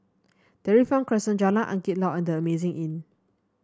Dairy Farm Crescent Jalan Angin Laut and The Amazing Inn